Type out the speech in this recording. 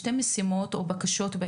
לשתי משימות,